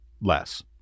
less